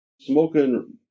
smoking